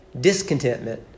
Discontentment